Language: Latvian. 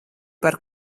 par